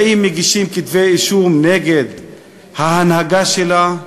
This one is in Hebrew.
האם מגישים כתבי-אישום נגד ההנהגה שלה,